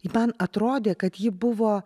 man atrodė kad ji buvo